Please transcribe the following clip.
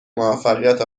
موفقیت